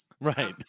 Right